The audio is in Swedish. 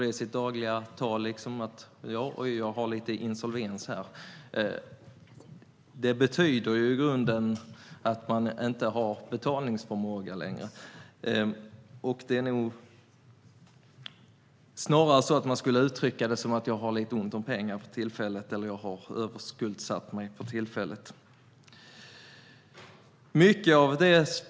Det är väl ingen som säger att man är insolvent. Vad det betyder är att man inte längre har betalningsförmåga. Man säger nog snarare att man har ont om pengar för tillfället eller är överskuldsatt.